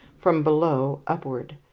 from below upward.